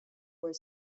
were